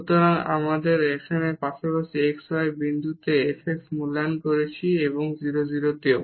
সুতরাং আমরা এখন আশেপাশের x y বিন্দুতে f x মূল্যায়ন করেছি এবং 0 0 তেও